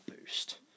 boost